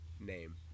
name